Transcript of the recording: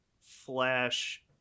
Flash